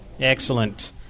Excellent